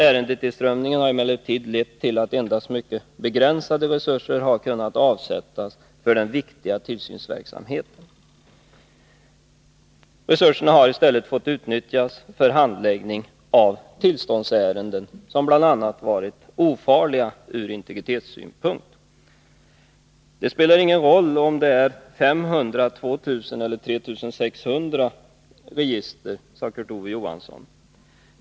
Ärendetillströmningen har emellertid lett till att endast mycket begränsade resurser har kunnat avsättas för den viktiga tillsynsverksamheten. Resurserna har i stället fått utnyttjas för handläggning av tillståndsärenden som till del varit ofarliga ur integritetssynpunkt. Det spelar ingen roll om det är 500, 2 000 eller 3 600 register, sade Kurt Ove Johansson.